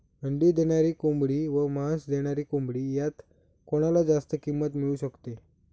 अंडी देणारी कोंबडी व मांस देणारी कोंबडी यात कोणाला जास्त किंमत मिळू शकते?